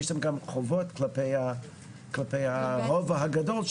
יש להם גם חובות כלפי הרוב הגדול,